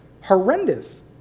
horrendous